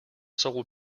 solar